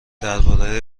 درباره